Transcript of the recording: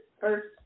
first